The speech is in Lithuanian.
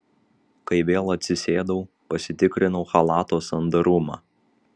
kai vėl atsisėdau pasitikrinau chalato sandarumą